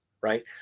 right